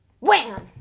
Wham